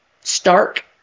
Stark